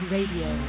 Radio